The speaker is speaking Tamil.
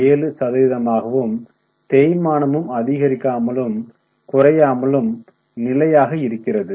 7 சதவீதமாகவும் தேய்மானமும் அதிகரிக்காமலும் குறையாமலும் நிலையாக இருக்கிறது